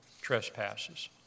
trespasses